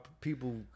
people